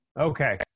Okay